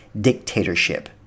dictatorship